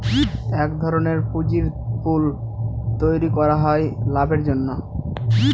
এক ধরনের পুঁজির পুল তৈরী করা হয় লাভের জন্য